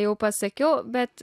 jau pasakiau bet